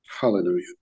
Hallelujah